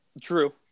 True